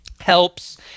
helps